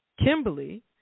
Kimberly